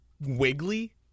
wiggly